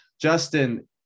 Justin